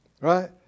right